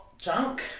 junk